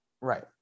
Right